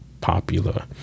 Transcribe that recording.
popular